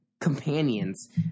companions